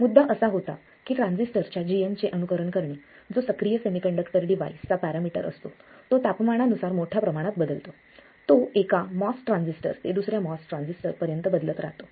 मुद्दा असा होता की ट्रान्झिस्टरच्या gm चे अनुकरण करणे जो सक्रिय सेमीकंडक्टर डिव्हाइसचा पॅरामीटर असतो तो तापमानानुसार मोठ्या प्रमाणात बदलतो तो एका MOS ट्रान्झिस्टर ते दुसऱ्या MOS ट्रान्झिस्टर पर्यंत बदलत राहतो